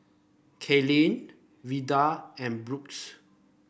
Katlyn Veva and Books